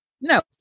no